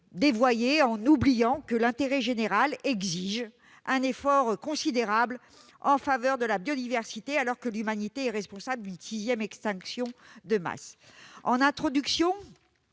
dévoyé, en oubliant que l'intérêt général exige un effort considérable en faveur de la biodiversité, à l'heure où l'humanité est responsable d'une sixième extinction de masse. Dans la discussion